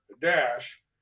dash